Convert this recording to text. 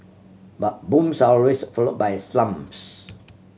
but booms are always followed by slumps